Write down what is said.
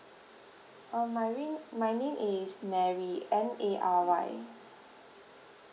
uh my rin~ my name is mary M A R Y